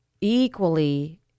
equally